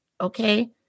Okay